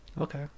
Okay